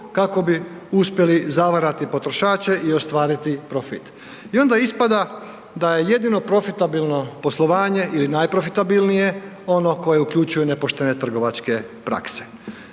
kako bi uspjeli zavarati potrošače i ostvariti profit. I onda ispada ja je jedino profitabilno poslovanje ili najprofitabilnije ono koje uključuje nepoštene trgovačke prakse.